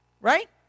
right